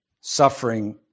Suffering